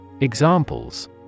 Examples